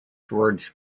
towards